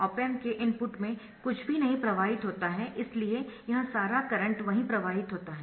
op amp के input में कुछ भी नहीं प्रवाहित होता है इसलिए यह सारा करंट वहीं प्रवाहित होता है